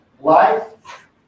life